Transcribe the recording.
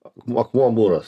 ak akmuo mūras